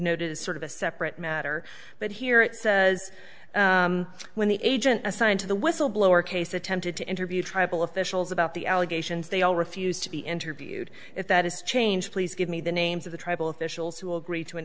noted is sort of a separate matter but here it says when the agent assigned to the whistleblower case attempted to interview tribal officials about the allegations they all refused to be interviewed if that is change please give me the names of the tribal officials who agreed to an